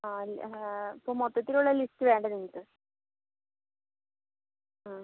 അപ്പോൾ മൊത്തത്തിലുള്ള ലിസ്റ്റ് വേണ്ടേ നിങ്ങൾക്ക് ആ